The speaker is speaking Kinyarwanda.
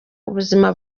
ubuzima